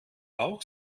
auch